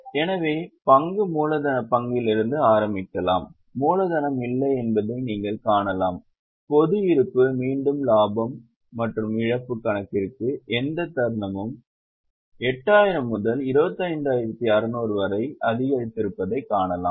எனவே பங்கு மூலதன பங்கிலிருந்து ஆரம்பிக்கலாம் மூலதனம் இல்லை என்பதை நீங்கள் காணலாம் பொது இருப்பு மீண்டும் லாபம் மற்றும் இழப்பு கணக்கிற்கு எந்த தருணமும் 8000 முதல் 25600 வரை அதிகரித்திருப்பதைக் காணலாம்